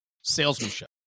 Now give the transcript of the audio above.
salesmanship